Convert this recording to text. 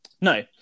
No